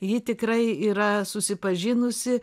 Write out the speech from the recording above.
ji tikrai yra susipažinusi